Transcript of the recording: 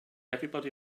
everybody